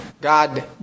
God